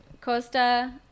costa